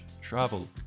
travel